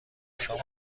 شام